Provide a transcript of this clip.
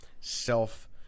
self